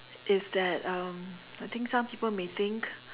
is that um I think some people may think